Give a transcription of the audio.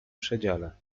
przedziale